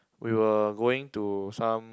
we were going to some